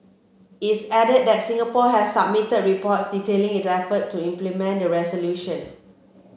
it added that Singapore had submitted reports detailing its efforts to implement the resolution